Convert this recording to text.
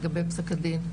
לגבי פסק הדין,